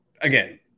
again